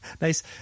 nice